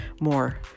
more